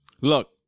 look